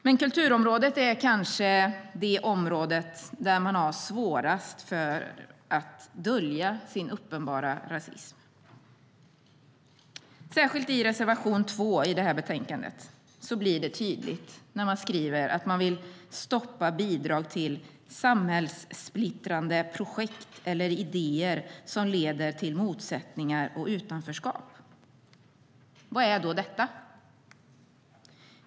Men kulturområdet är kanske det område där de har svårast att dölja sin uppenbara rasism. Särskilt i reservation 2 blir det tydligt. Man skriver att man vill stoppa bidrag till "samhällssplittrande projekt eller idéer som leder till motsättningar och utanförskap". Vad är då detta?